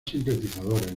sintetizadores